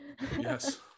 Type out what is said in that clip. Yes